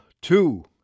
two